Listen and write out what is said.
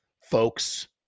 folks